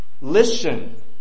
Listen